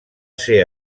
ser